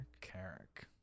Carrick